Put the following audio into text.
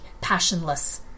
passionless